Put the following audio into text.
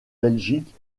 belgique